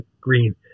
green